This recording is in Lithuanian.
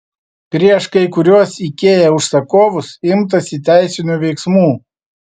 prieš kai kuriuos ikea užsakovus imtasi teisinių veiksmų